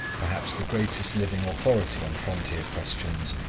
perhaps the greatest living authority on frontier questions,